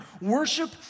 Worship